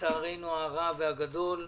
לצערנו הרב והגדול,